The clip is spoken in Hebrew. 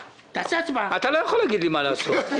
אתה לא יכול להגיד לי מה לעשות...